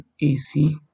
AC